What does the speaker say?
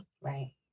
Right